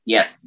Yes